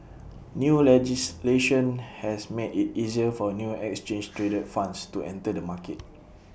new legislation has made IT easier for new exchange traded funds to enter the market